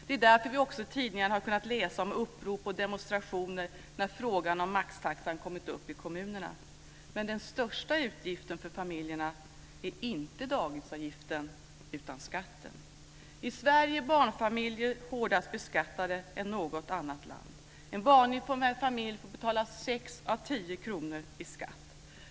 Det är därför vi i tidningarna har kunnat läsa om upprop och demonstrationer när frågan om maxtaxan kommit upp i kommunerna. Men den största utgiften för familjerna är inte dagisavgiften utan skatten. I Sverige är barnfamiljer hårdare beskattade än i något annat land. En vanlig familj får betala 6 av 10 kr i skatt.